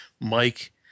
Mike